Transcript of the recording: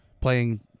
Playing